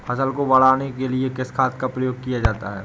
फसल को बढ़ाने के लिए किस खाद का प्रयोग किया जाता है?